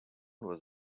was